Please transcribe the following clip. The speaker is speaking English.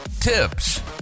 tips